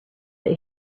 that